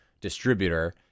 distributor